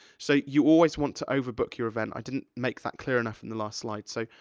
so you always want to overbook your event. i didn't make that clear enough in the last slide, so,